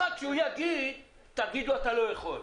חכי,